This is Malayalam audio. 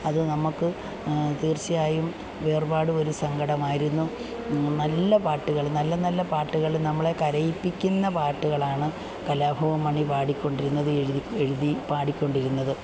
അതു നമ്മള്ക്ക് തീര്ച്ചയായും വേര്പാടുമൊരു സങ്കടമായിരുന്നു നല്ല പാട്ടുകള് നല്ല നല്ല പാട്ടുകള് നമ്മളെ കരയിപ്പിക്കുന്ന പാട്ടുകളാണ് കലാഭവന് മണി പാടിക്കൊണ്ടിരുന്നത് എഴുതി എഴുതി പാടിക്കൊണ്ടിരുന്നത്